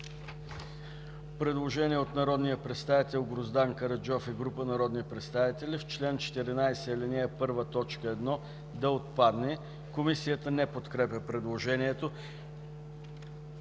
предложение от народния представител Гроздан Караджов и група народни представители – чл. 6 да отпадне. Комисията не подкрепя предложението.